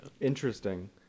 Interesting